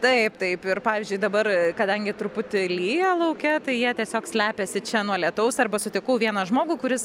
taip taip ir pavyzdžiui dabar kadangi truputį lyja lauke tai jie tiesiog slepiasi čia nuo lietaus arba sutikau vieną žmogų kuris